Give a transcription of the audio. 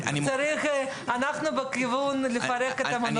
אנחנו בכיוון לפרק את המונופולים.